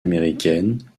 américaine